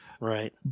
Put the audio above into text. right